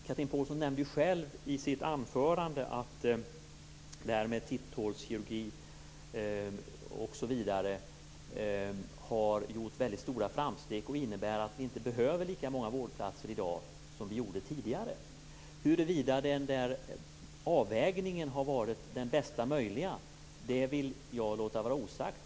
Chatrine Pålsson nämnde själv i sitt anförande att titthålskirurgi osv. har gjort väldigt stora framsteg, vilket innebär att vi inte behöver lika många vårdplatser i dag som vi gjorde tidigare. Huruvida avvägningen har varit den bästa möjliga vill jag låta vara osagt.